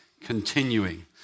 continuing